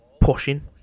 pushing